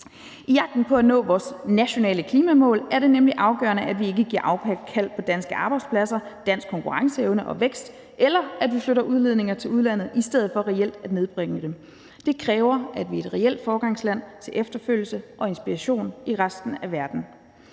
I jagten på at nå vores nationale klimamål er det nemlig afgørende, at vi ikke giver afkald på danske arbejdspladser, dansk konkurrenceevne og vækst, eller at vi flytter udledninger til udlandet i stedet for reelt at nedbringe dem. Det kræver, at vi er et reelt foregangsland til efterfølgelse og inspiration i resten af verden.